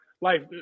life